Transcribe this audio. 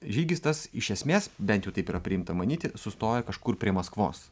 žygis tas iš esmės bent jau taip yra priimta manyti sustoja kažkur prie maskvos